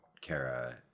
Kara